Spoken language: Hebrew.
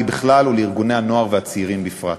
בכלל ולארגוני הנוער והצעירים בפרט.